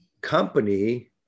company